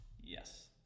yes